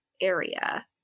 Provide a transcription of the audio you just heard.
area